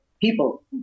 People